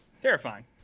terrifying